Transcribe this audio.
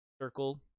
circle